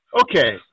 Okay